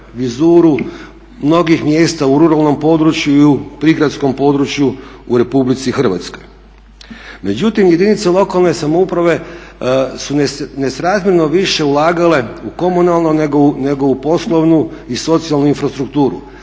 vizuru mnogih mjesta u ruralnom području i prigradskom području u RH. Međutim, jedinice lokalne samouprave su nesrazmjerno više ulagale u komunalnu nego u poslovnu i socijalnu infrastrukturu,